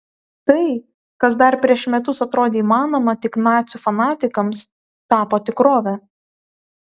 tai kas dar prieš metus atrodė įmanoma tik nacių fanatikams tapo tikrove